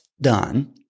Done